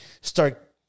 start